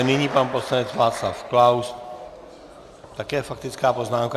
Nyní pan poslanec Václav Klaus, také faktická poznámka.